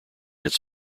its